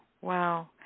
Wow